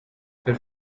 per